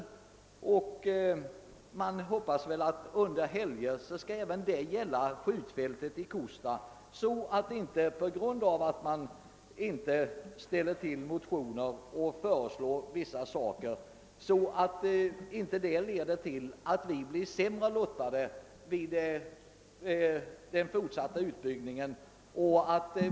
Också skjutfältet vid Kosta bör få beträdas under helger. — Att vi inte väcker motioner i ärendet och framlägger vissa förslag får inte leda till att vi blir sämre lottade vid den fortsatta utbyggnaden.